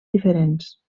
diferents